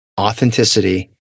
authenticity